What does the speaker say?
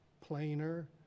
plainer